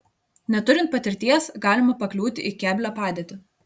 neturint patirties galima pakliūti į keblią padėtį